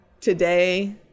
today